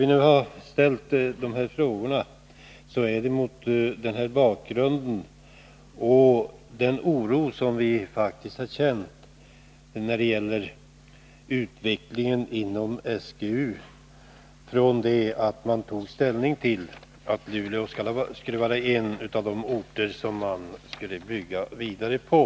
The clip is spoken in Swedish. Vi har ställt frågorna mot bakgrund av den oro som vi faktiskt har känt när det gäller utvecklingen inom SGU från det att riksdagen tog ställning för att Luleå skulle vara en av de orter som man skulle bygga vidare på.